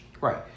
Right